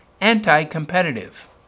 anti-competitive